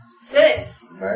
Six